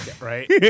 Right